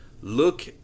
look